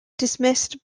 dismissed